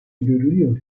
görülüyor